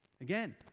Again